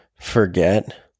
forget